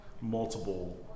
multiple